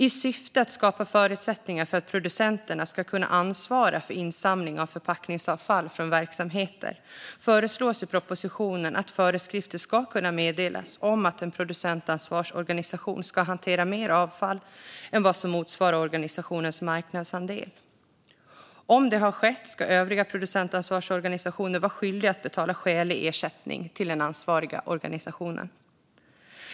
I syfte att skapa förutsättningar för att producenterna ska kunna ansvara för insamling av förpackningsavfall från verksamheter föreslås i propositionen att föreskrifter ska kunna meddelas om att en producentansvarsorganisation ska hantera mer avfall än vad som motsvarar organisationens marknadsandel. Om det har skett ska övriga producentansvarsorganisationer vara skyldiga att betala skälig ersättning till den ansvariga organisationen.